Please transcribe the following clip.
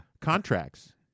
Contracts